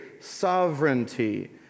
Sovereignty